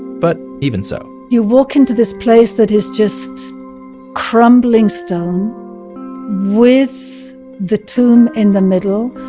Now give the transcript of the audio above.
but even so you walk into this place that is just crumbling stone with the tomb in the middle,